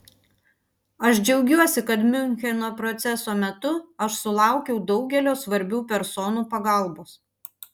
aš džiaugiuosi kad miuncheno proceso metu aš sulaukiau daugelio svarbių personų pagalbos